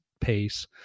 pace